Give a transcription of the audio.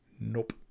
Nope